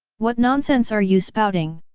what nonsense are you spouting!